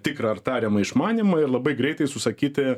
tikrą ar tariamą išmanymą ir labai greitai susakyti